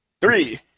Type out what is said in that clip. three